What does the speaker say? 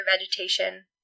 vegetation